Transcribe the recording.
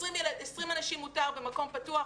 ל-20 אנשים מותר במקום פתוח,